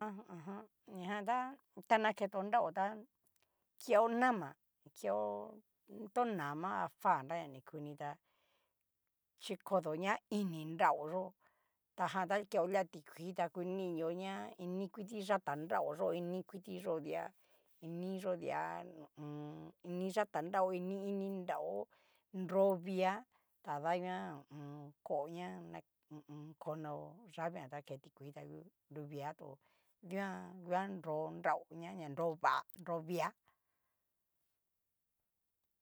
A ajan ñajan tá, ta naketo nrao tá keo nama, keo to nama a fa, nraña nikuni tá chikodo ñá ini nrao yo'o, ta jan ta keo lia tikuii ta kuninio ña inikuti yatá nraoyó ini kuti yo dia, iniyó dia hu u un. ini yatá nrao, ini ini nrao, nro via tada nguan ho o on. ko na hu u un. nonao llave ta ke tikuii ta ngu nruvia to dikan nguan nro nrao ña ña nrova nro via.